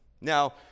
Now